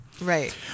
Right